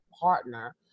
partner